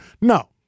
No